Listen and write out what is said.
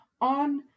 on